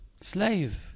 Slave